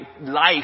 life